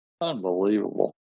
Unbelievable